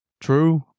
true